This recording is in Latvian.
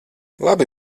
labi